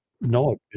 no